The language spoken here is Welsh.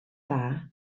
dda